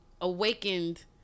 awakened